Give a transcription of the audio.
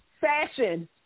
Fashion